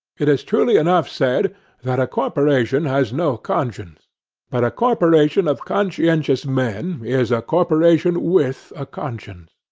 it is truly enough said that a corporation has no conscience but a corporation of conscientious men is a corporation with a conscience.